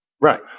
right